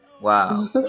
Wow